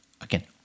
again